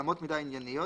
אמות מידה ענייניות,